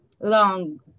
long